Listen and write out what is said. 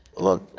look,